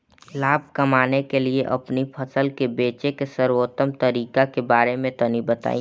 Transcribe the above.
लाभ कमाने के लिए अपनी फसल के बेचे के सर्वोत्तम तरीके के बारे में तनी बताई?